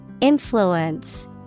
Influence